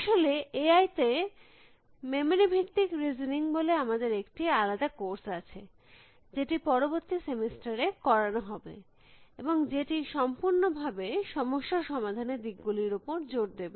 আসলে A I তে memory ভিত্তিক শ্রবণ বলে আমাদের একটি আলাদা কোর্সআছে যেটি পরবর্তী সেমিস্টার এ করানো হবে এবং যেটি সম্পূর্ণভাবে সমস্যা সমাধানের দিক গুলির উপর জোর দেবে